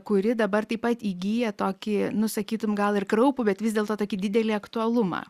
kuri dabar taip pat įgyja tokį nu sakytum gal ir kraupų bet vis dėlto tokį didelį aktualumą